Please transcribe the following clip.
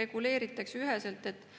reguleeritakse üheselt, et